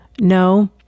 No